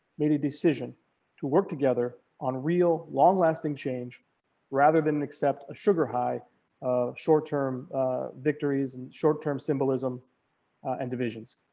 made a decision to work together on real long lasting change rather than accept a sugar high ah short term victories and short term symbolism and divisions